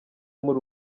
muri